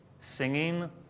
singing